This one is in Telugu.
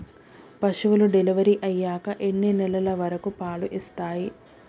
పశువులు డెలివరీ అయ్యాక ఎన్ని నెలల వరకు పాలు ఇస్తాయి?